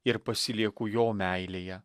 ir pasilieku jo meilėje